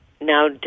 Now